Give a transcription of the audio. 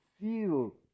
feel